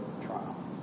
trial